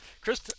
Chris